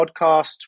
podcast